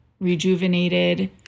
rejuvenated